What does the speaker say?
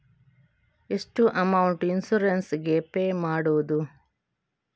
ಎಷ್ಟು amount insurance ಗೇ pay ಮಾಡುವುದು?